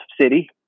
City